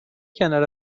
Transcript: کنار